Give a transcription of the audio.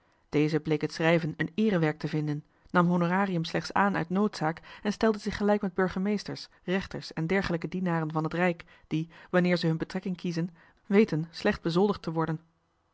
deze bleek het schrijven een eerewerk te vinden nam honorarium slechts aan uit noodzaak en stelde zich gelijk met burgemeesters rechters en dergelijke dienaren van het rijk die wanneer ze hun betrekking kiezen weten slecht bezoldigd te zullen worden